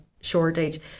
shortage